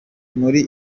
muri